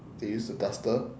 they used the duster